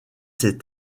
ses